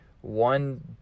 one